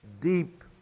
Deep